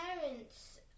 parents